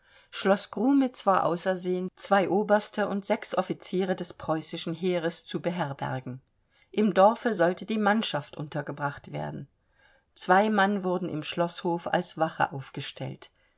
schloß grumitz war ausersehen zwei oberste und sechs offiziere des preußischen heeres zu beherbergen im dorfe sollte die mannschaft untergebracht werden zwei mann wurden im schloßhof als wache aufgestellt